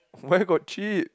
where got cheap